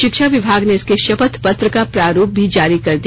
शिक्षा विभाग ने इसके शपथ पत्र का प्रारूप भी जारी कर दिया